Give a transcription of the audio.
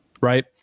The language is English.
right